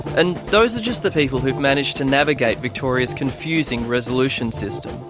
and those are just the people who've managed to navigate victoria's confusing resolution system.